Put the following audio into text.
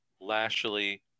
Lashley